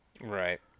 right